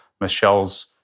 Michelle's